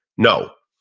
no,